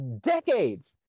decades